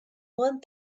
one